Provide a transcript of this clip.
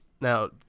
Now